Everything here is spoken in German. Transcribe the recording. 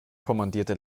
kommandierte